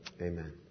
Amen